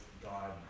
God